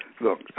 Look